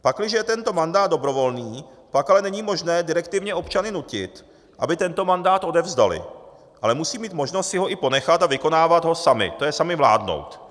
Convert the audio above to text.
Pakliže je tento mandát dobrovolný, pak ale není možné direktivně občany nutit, aby tento mandát odevzdali, ale musí mít možnost si ho i ponechat a vykonávat ho sami, tj. sami vládnout.